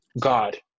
God